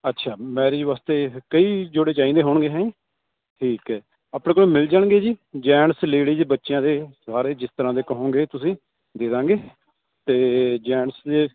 ਅੱਛਾ ਮੈਰਿਜ ਵਾਸਤੇ ਕਈ ਜੋੜੇ ਚਾਹੀਦੇ ਹੋਣਗੇ ਹੈਂ ਠੀਕ ਹੈ ਆਪਣੇ ਕੋਲ ਮਿਲ ਜਾਣਗੇ ਜੀ ਜੈਟਸ ਲੇਡੀਜ ਬੱਚਿਆਂ ਦੇ ਸਾਰੇ ਜਿਸ ਤਰ੍ਹਾਂ ਦੇ ਕਹੋਗੇ ਤੁਸੀਂ ਦੇ ਦੇਵਾਂਗੇ ਅਤੇ ਜੈਂਟਸ ਦੇ